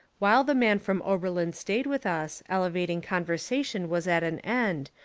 while the man from oberlin stayed with us, elevating conver sation was at an end,